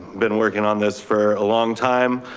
been working on this for a long time.